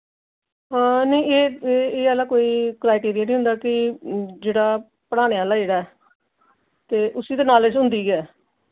हां एह् एह् आह्ला कोई क्राइटेरिया निं होंदा कि जेह्ड़ा पढ़ाने आह्ला जेह्ड़ा ऐ ते उस्सी ते नालेज होंदी गै ऐ